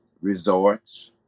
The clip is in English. resorts